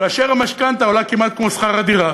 כאשר המשכנתה עולה כמעט כמו שכר הדירה,